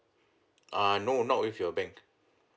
ah no not with your bank